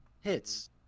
hits